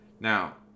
Now